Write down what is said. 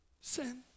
Sin